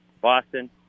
Boston